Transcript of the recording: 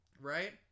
Right